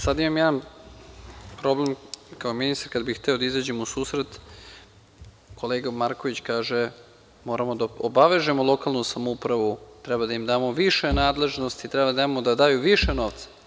Sada imam jedan problem kao ministar kada bih hteo da izađem u susret, kolega Marković kaže – moramo da obavežemo lokalnu samoupravu, treba da im damo više nadležnosti da daju više novca.